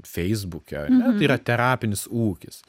feisbuke ane tai yra terapinis ūkis